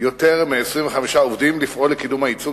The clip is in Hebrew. יותר מ-25 עובדים לפעול לקידום הייצוג